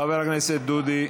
חבר הכנסת דודי,